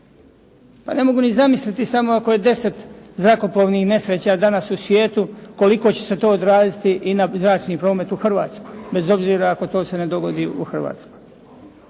Pa ne mogu ni zamisliti samo ako je 10 zrakoplovnih nesreća danas u svijetu, koliko će se to odraziti i na zračni promet i u Hrvatskoj, bez obzira ako se to ne dogodi u Hrvatskoj.